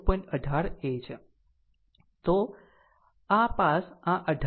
18 a છે તો આ પાસ આ 18 a